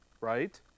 right